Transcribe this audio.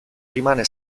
rimane